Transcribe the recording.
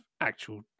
actual